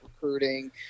recruiting